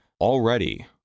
already